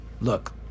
look